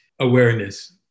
awareness